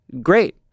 Great